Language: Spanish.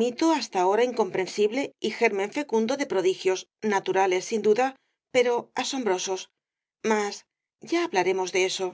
mito hasta ahora incomprensible y germen fecundo de prodigios naturales sin duda pero asombrosos mas ya hablaremos de eso